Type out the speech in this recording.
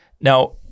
now